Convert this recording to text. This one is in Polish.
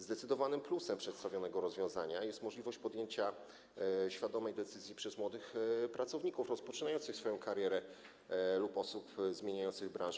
Zdecydowanym plusem przedstawionego rozwiązania jest możliwość podjęcia świadomej decyzji przez młodych pracowników rozpoczynających swoją karierę lub przez osoby zmieniające branżę.